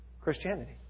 Christianity